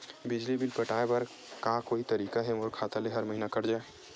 बिजली बिल पटाय बर का कोई तरीका हे मोर खाता ले हर महीना कट जाय?